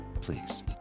please